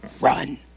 run